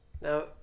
Now